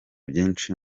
byinshi